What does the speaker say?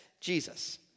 Jesus